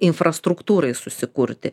infrastruktūrai susikurti